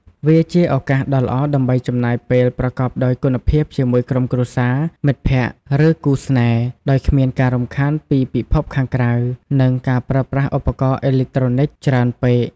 វាជាឱកាសដ៏ល្អដើម្បីចំណាយពេលប្រកបដោយគុណភាពជាមួយក្រុមគ្រួសារ មិត្តភ័ក្តិ ឬគូស្នេហ៍ ដោយគ្មានការរំខានពីពិភពខាងក្រៅ និងការប្រើប្រាស់ឧបករណ៍អេឡិចត្រូនិកច្រើនពេក។